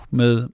med